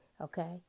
okay